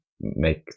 make